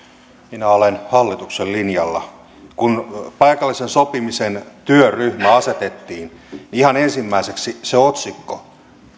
minä olen hallituksen linjalla kun paikallisen sopimisen työryhmä asetettiin ihan ensimmäiseksi tuli se otsikko